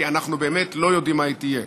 כי אנחנו באמת לא יודעים מה היא תהיה.